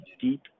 deep